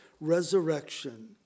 resurrection